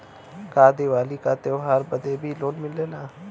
का दिवाली का त्योहारी बदे भी लोन मिलेला?